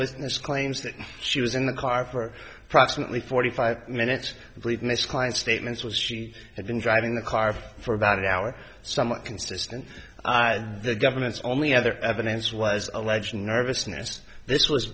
witness claims that she was in the car for approximately forty five minutes i believe miss klein statements was she had been driving the car for about two hours somewhat consistent and the government's only other evidence was alleging nervousness this was